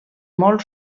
molt